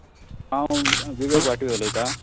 हांव विनय पाटी उलयतां